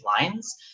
lines